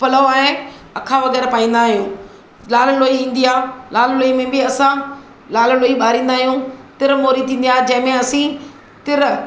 पलव ऐं अखा वग़ैरह पाईंदा आहियूं लाललोई ईंदी आहे लाललोई में बि असां लाललोई ॿारींदा आहियूं तिरमूरी थींदी आहे जंहिं में असीं तिर